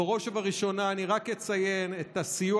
בראש ובראשונה אני רק אציין את הסיוע